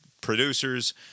producers